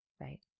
right